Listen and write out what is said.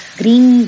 green